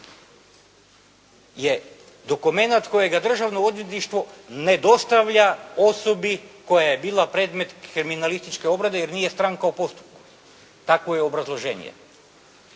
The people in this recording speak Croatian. je dokumenat kojega Državno odvjetništvo ne dostavlja osobi koja je bila predmet kriminalističke obrade, jer nije stranka u postupku. Tako je obrazloženje.